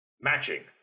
Matching